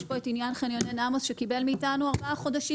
יש פה את עניין חניוני נאמוס שקיבל מאיתנו ארבעה חודשים,